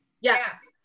yes